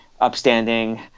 upstanding